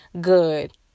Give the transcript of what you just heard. good